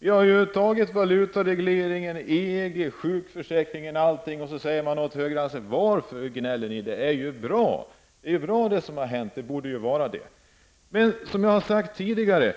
Man har antagit dess förslag om valutareglering, EG, sjukförsäkring osv. Å andra sidan, vad händer i morgon med den politiken?